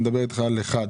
אני מדבר איתך על אחד,